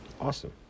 Awesome